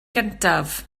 gyntaf